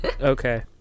Okay